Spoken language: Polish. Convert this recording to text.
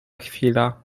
chwila